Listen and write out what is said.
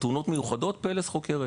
ותאונות מיוחדות "פלס" חוקרת